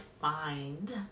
find